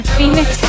Phoenix